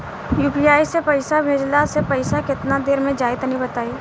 UPI से पईसा भेजलाऽ से पईसा केतना देर मे जाई तनि बताई?